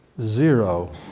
zero